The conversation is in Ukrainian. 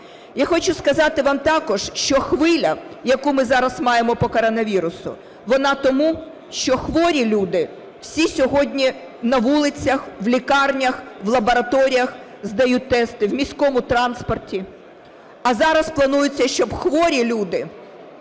Я хочу сказати вам також, що хвиля, яку ми зараз маємо по коронавірусу, вона тому, що хворі люди всі сьогодні на вулицях, в лікарнях, в лабораторіях здають тести, в міському транспорті. А зараз планується, щоб хворі люди